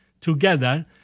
together